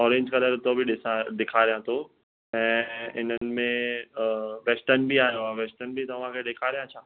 orange colour तो बि ॾिखारियां थो ऐं हिननि में वेस्टर्न बि आयो आहे वेस्टर्न बि तव्हांखे ॾेखारियांव छा